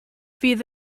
fydd